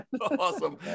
awesome